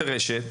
זה רשת.